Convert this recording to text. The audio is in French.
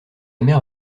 mère